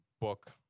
book